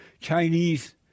Chinese